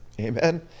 Amen